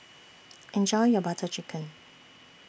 Enjoy your Butter Chicken